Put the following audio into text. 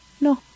No